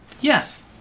Yes